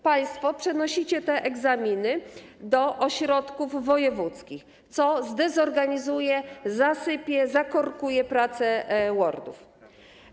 Państwo przenosicie te egzaminy do ośrodków wojewódzkich, co zdezorganizuje, zasypie, zakorkuje prace WORD-ów.